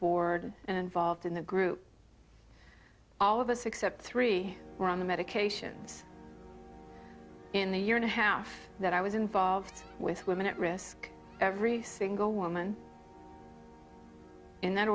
board and volved in the group all of us except three were on the medications in the year and a half that i was involved with women at risk every single woman in that